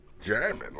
jamming